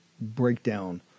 breakdown